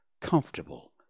comfortable